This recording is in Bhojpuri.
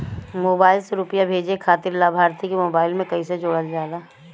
मोबाइल से रूपया भेजे खातिर लाभार्थी के मोबाइल मे कईसे जोड़ल जाला?